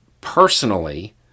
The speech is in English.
Personally